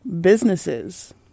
businesses